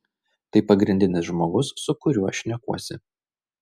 tai pagrindinis žmogus su kuriuo šnekuosi